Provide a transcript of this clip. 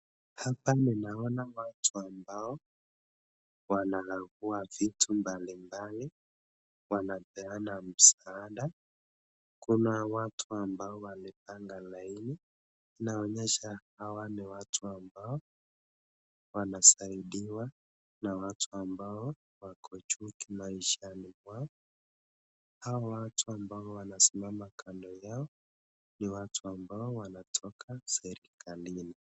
Hapa ninaona watu ambao wanarangua vitu mbalimbali, wanapeana msaada, kuna watu ambao wamepanga laini inaonyesha hawa ni watu ambao wanasaidiwa na watu ambao wako juu kimaishani. Hawa watu ambao wanasimama kando yao ni watu ambao wanatoka serikalini.